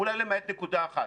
אולי למעט נקודה אחת,